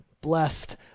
Blessed